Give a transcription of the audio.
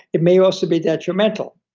it may also be detrimental,